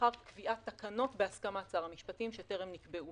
לאחר קביעת תקנות בהסכמת שר המשפטים שטרם נקבעו